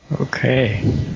Okay